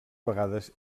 vegades